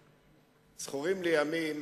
זכורים לי ימים